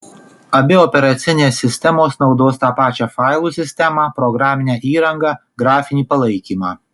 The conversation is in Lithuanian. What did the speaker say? abi operacinės sistemos naudos tą pačią failų sistemą programinę įrangą grafinį palaikymą